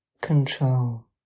control